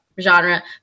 genre